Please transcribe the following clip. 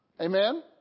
Amen